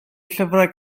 llyfrau